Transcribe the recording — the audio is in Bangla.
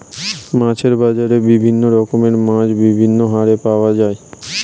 মাছের বাজারে বিভিন্ন রকমের মাছ বিভিন্ন হারে পাওয়া যায়